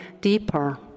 deeper